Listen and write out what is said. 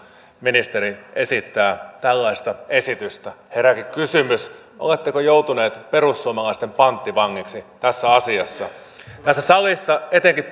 ministeri esittää tällaista esitystä herääkin kysymys oletteko joutunut perussuomalaisten panttivangiksi tässä asiassa tässä salissa etenkin